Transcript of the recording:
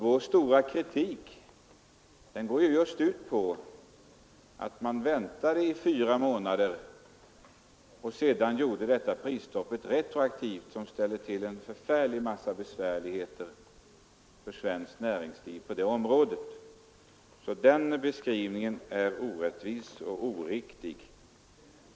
Vår skarpa kritik riktar sig just emot det förhållandet att man först avvaktade i fyra månader och sedan retroaktivt genomförde prisstoppet, vilket ställde till en förfärlig mängd besvärligheter för svenskt näringsliv på detta område. Herr Janssons beskrivning är alltså orättvis och oriktig.